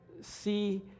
see